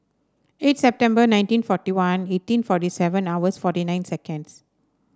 eight September nineteen forty one eighteen forty seven hours forty nine seconds